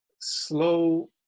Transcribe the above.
slow